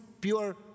pure